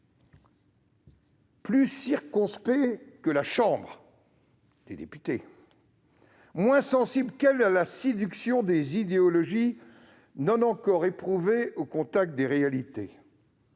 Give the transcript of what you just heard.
Plus circonspect que la Chambre [des députés], moins sensible qu'elle à la séduction d'idéologies non encore éprouvées au contact des réalités,